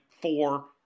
four